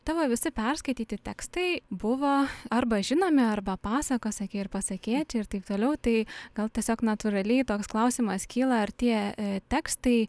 tavo visi perskaityti tekstai buvo arba žinomi arba pasakos sakei ir pasakėčia ir taip toliau tai gal tiesiog natūraliai toks klausimas kyla ar tie tekstai